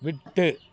விட்டு